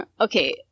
Okay